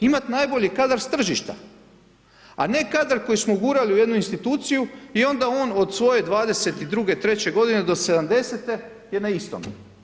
Imati najbolji kadar s tržišta, a ne kadar koji smo gurali u jedni instituciju i onda on svoje 22, 23 godine do 70 je na istom.